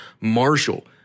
Marshall